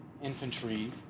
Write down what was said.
infantry